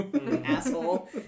Asshole